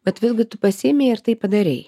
bet vėlgi tu pasiėmei ir tai padarei